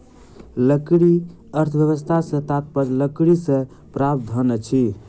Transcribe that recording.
लकड़ी अर्थव्यवस्था सॅ तात्पर्य लकड़ीसँ प्राप्त धन अछि